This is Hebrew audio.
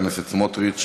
תודה, חבר הכנסת סמוטריץ.